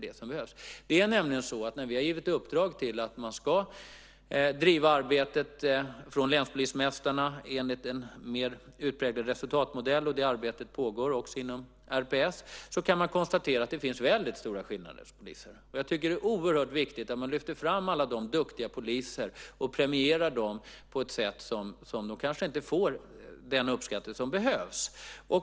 Vi har givit länspolismästarna i uppdrag att driva arbetet enligt en mer utpräglad resultatmodell, och det arbetet pågår också inom RPS. Vi kan nämligen konstatera att det finns väldigt stora skillnader inom polisen. Jag tycker att det är oerhört viktigt att lyfta fram alla duktiga poliser och premiera dem, då de kanske inte får den uppskattning som behövs.